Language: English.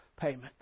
payment